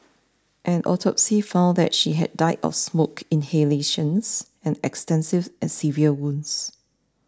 an autopsy found that she had died of smoke inhalation and extensive and severe burns